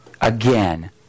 again